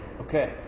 Okay